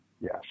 Yes